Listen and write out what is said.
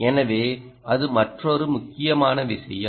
எனவே அது மற்றொரு முக்கியமான விஷயம்